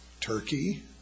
Turkey